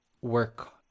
work